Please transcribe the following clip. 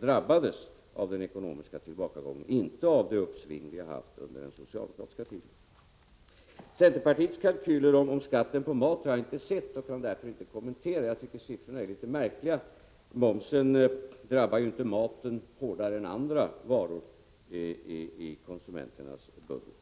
drabbades av den ekonomiska tillbakagången, inte av det uppsving vi har haft under tiden med en socialdemokratisk regering. Centerpartiets kalkyler om skatten på mat har jag inte sett och kan därför inte kommentera dem. Jag tycker dock att siffrorna är litet märkliga. Momsen drabbar ju inte maten hårdare än andra varor i konsumenternas budget.